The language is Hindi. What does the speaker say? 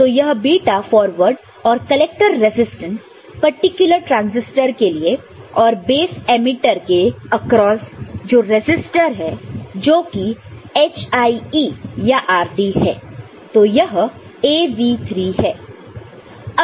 तो यह बीटा फॉरवर्ड और कलेक्टर रजिस्टेंस पर्टिकुलर ट्रांसिस्टर के लिए और बेस एमीटर के अक्रॉस जो रजिस्टर है जो कि hie या rd है तो यह AV3 है